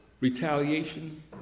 retaliation